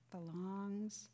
Belongs